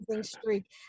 streak